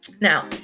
Now